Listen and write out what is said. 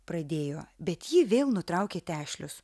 pradėjo bet jį vėl nutraukė tešlius